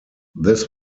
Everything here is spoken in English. this